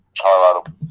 Colorado